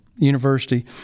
University